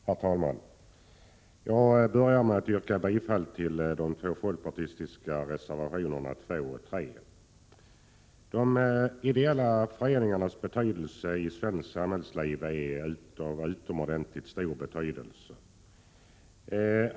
Herr talman! Jag börjar med att yrka bifall till de båda folkpartireservationerna 2 och 3. De ideella föreningarnas betydelse i svenskt samhällsliv är utomordentligt stor.